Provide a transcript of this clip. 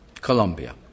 Colombia